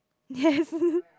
yes